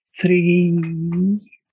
three